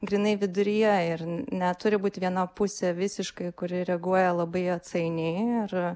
grynai viduryje ir neturi būt viena pusė visiškai kuri reaguoja labai atsainiai ir